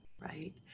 right